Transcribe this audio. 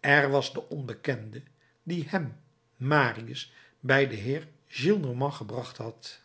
er was de onbekende die hem marius bij den heer gillenormand gebracht had